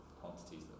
quantities